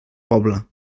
poble